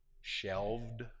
shelved